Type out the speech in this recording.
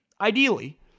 ideally